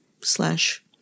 slash